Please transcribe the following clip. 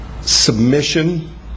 Submission